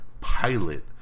pilot